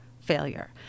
failure